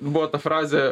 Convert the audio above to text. buvo ta frazė